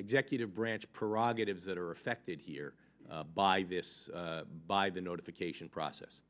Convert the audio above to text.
executive branch prerogatives that are affected here by this by the notification process